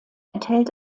enthält